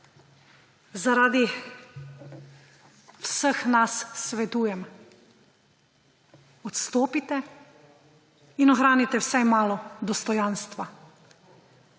zaradi vseh nas svetujem, odstopite in ohranite vsaj malo dostojanstva.